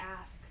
ask